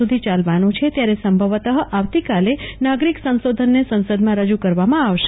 સુધી ચાલવાનું છે ત્યારે સંભવતઃ આવતીકાલે નાગરિક સંશોધનને સંસદમાં રજૂ કરવામાં આવશે